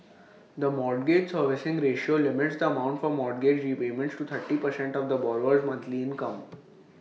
the mortgage servicing ratio limits the amount for mortgage repayments to thirty percent of the borrower's monthly income